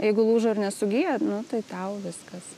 jeigu lūžo ir nesugijo nu tai tau viskas